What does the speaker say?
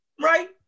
right